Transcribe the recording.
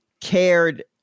cared